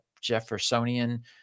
jeffersonian